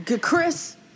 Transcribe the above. Chris